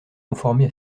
conformer